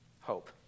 hope